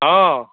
অঁ